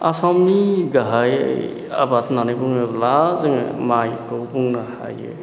आसामनि गाहाय आबाद होननानै बुङोब्ला जोङो माइखौ बुंनो हायो